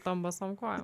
tom basom kojom